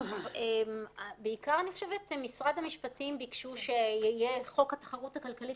אני חושבת שבעיקר משרד המשפטים ביקש שיהיה חוק התחרות הכלכלית